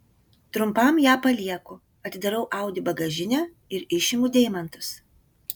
trumpam ją palieku atidarau audi bagažinę ir išimu deimantus